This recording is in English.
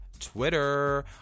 Twitter